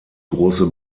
große